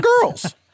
girls